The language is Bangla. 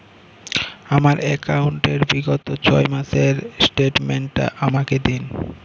আমার অ্যাকাউন্ট র বিগত ছয় মাসের স্টেটমেন্ট টা আমাকে দিন?